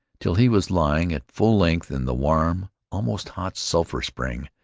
till he was lying at full length in the warm, almost hot, sulphur-spring,